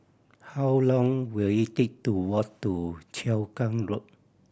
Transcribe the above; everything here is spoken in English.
how long will it take to walk to Cheow Keng Road